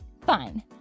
fine